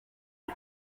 you